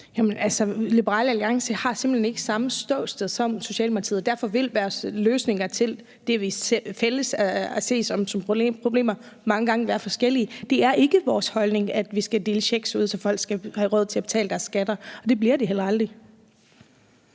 Liberal Alliance har simpelt hen ikke samme ståsted som Socialdemokratiet. Derfor vil vores løsninger på det, vi er fælles om at se som problemer, mange gange være forskellige. Det er ikke vores holdning, at vi skal dele checks ud, så folk kan få råd til at betale deres skatter, og det bliver det heller aldrig.